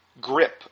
grip